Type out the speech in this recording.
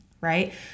right